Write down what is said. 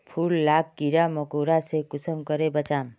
फूल लाक कीड़ा मकोड़ा से कुंसम करे बचाम?